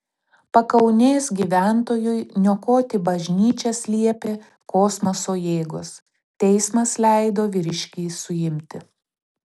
pakaunės gyventojui niokoti bažnyčias liepė kosmoso jėgos teismas leido vyriškį suimti